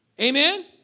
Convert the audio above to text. Amen